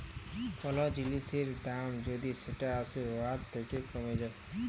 call জিলিসের দাম যদি যেট আসে উয়ার থ্যাকে কমে যায়